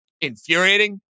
infuriating